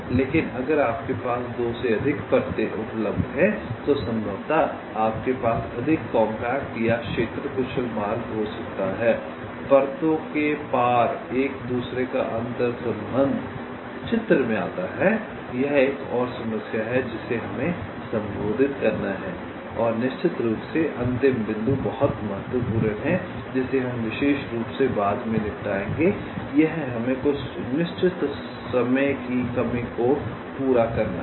लेकिन अगर आपके पास 2 से अधिक परतें उपलब्ध हैं तो संभवतः आपके पास अधिक कॉम्पैक्ट या क्षेत्र कुशल मार्ग हो सकता है परतों के पार एक दूसरे का अंतरसंबंध चित्र में आता है यह एक और समस्या है जिसे हमें संबोधित करना है और निश्चित रूप से अंतिम बिंदु बहुत महत्वपूर्ण है जिसे हम विशेष रूप से बाद में निपटाएंगे यह हमें कुछ निश्चित समय की कमी को पूरा करना है